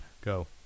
Go